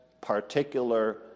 particular